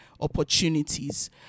opportunities